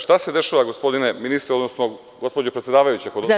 Šta se dešava gospodine ministre, odnosno gospođo predsedavajuća…